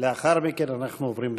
ולאחר מכן אנחנו עוברים לחקיקה.